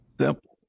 Simple